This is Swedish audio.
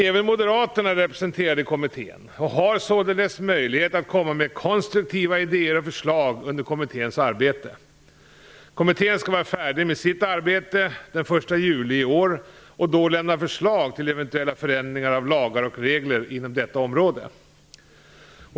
Även moderaterna är representerade i kommittén och har således möjlighet att komma med konstruktiva idéer och förslag under kommitténs arbete. Kommittén skall vara färdig med sitt arbete den 1 juli i år och då lämna förslag till eventuella förändringar av lagar och regler inom detta område.